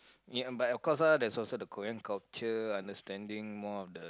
ya but of course ah there's also the Korean culture understanding more of the